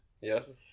Yes